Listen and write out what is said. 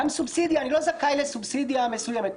אני לא זכאי לסובסידיה מסוימת,